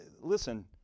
listen